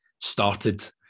started